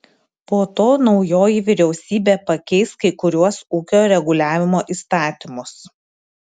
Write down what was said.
po to naujoji vyriausybė pakeis kai kuriuos ūkio reguliavimo įstatymus